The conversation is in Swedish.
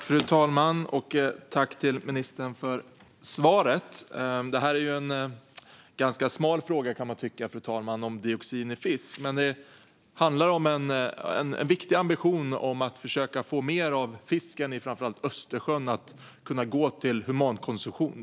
Fru talman! Tack för svaret, ministern! Man kan tycka att frågan om dioxin i fisk är en ganska smal fråga, fru talman, men det handlar om en viktig ambition att försöka få mer av fisken i framför allt Östersjön att gå till humankonsumtion.